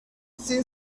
seemed